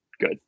good